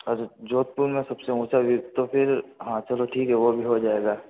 अच्छा जोधपुर मे सब से ऊँचा व्यू तो फिर हाँ चलो ठीक वो भी हो जाएगा